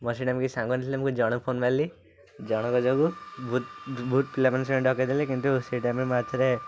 ମୋର ସେଇଠି କେହି ସାଙ୍ଗ ନଥିଲେ ମୁଁ ଜଣଙ୍କୁ ଫୋନ୍ ମାରିଲି ଜଣଙ୍କ ଯୋଗୁଁ ବହୁତ ବହୁତ ପିଲାମାନେ ସେମାନେ ଡକେଇ ଦେଲେ କିନ୍ତୁ ତ ସେଇ ଟାଇମ୍ରେ ମୋ ହାତରେ